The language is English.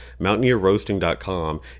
MountaineerRoasting.com